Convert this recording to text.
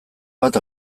bat